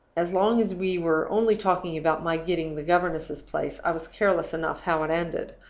as long as we were only talking about my getting the governess's place, i was careless enough how it ended.